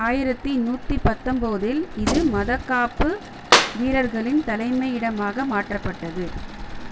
ஆயிரத்து நூற்றி பத்தொம்பதில் இது மதக்காப்பு வீரர்களின் தலைமை இடமாக மாற்றப்பட்டது